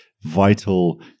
vital